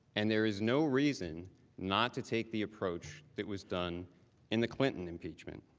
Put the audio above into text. and there is no reason not to take the approach that was done in the clinton impeachment.